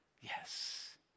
Yes